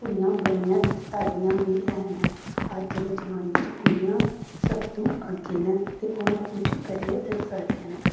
कुड़ियां बनियै दस्सा दियां बी हैन ऐ अज्ज दे जमाने च कुड़ियां सब तूं अग्गें न ते ओह् होर कुछ करियै दस्सा दियां न